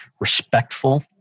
respectful